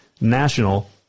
National